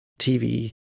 TV